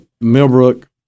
Millbrook